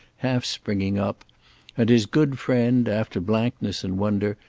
half springing up and his good friend, after blankness and wonder,